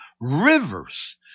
rivers